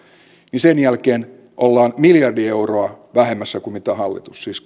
niin sen jälkeen ollaan miljardi euroa vähemmässä kuin hallitus siis